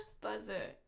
Buzzer